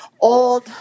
old